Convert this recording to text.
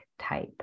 type